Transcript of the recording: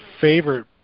favorite